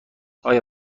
آنها